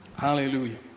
hallelujah